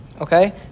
Okay